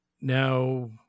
now